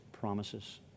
promises